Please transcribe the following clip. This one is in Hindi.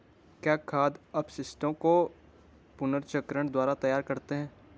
क्या खाद अपशिष्टों को पुनर्चक्रण द्वारा तैयार करते हैं?